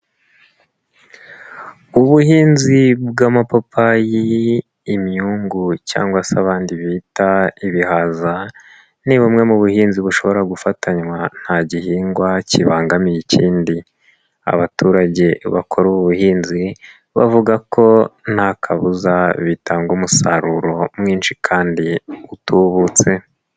Ubuhinzi bw'amapapayi, imyungu cyangwa se abandi bita ibihaza, ni bumwe mu buhinzi bushobora gufatanywa nta gihingwa kibangamiye ikindi. Abaturage bakora ubu buhinzi, bavuga ko nta kabuza bitanga umusaruro mwinshi kandi utubutse.